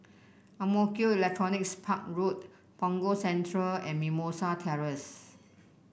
Ang Mo Kio Electronics Park Road Punggol Central and Mimosa Terrace